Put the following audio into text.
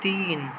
تین